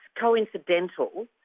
coincidental